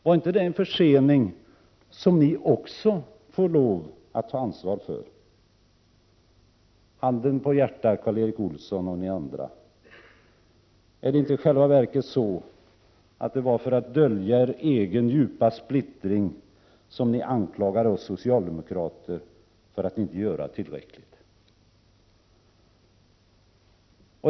Var inte det en försening som ni också får lov att ta ansvar för? Handen på hjärtat, Karl Erik Olsson och ni andra: Är det inte i själva verket så att det var för att dölja er egen djupa splittring som ni anklagade oss socialdemokrater för att inte göra tillräckligt?